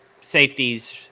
safeties